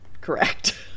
correct